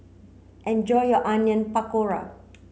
enjoy your Onion Pakora